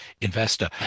Investor